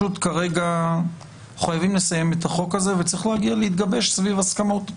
כרגע אנחנו חייבים לסיים את החוק הזה וצריכות להתגבש סביב הסכמות.